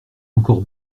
encore